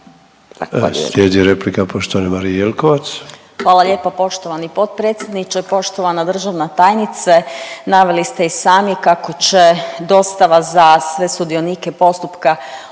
Slijedi replika poštovane Marije Jelkovac. **Jelkovac, Marija (HDZ)** Hvala lijepo. Poštovani potpredsjedniče, poštovana državna tajnice. Naveli ste i sami kako će dostava za sve sudionike postupka